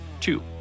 Two